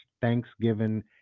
Thanksgiving